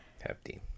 hefty